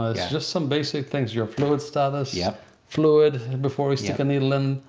it's just some basic things. your fluid status, yeah fluid before we stick a needle in,